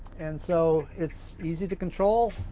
and so it's easy to control.